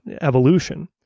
evolution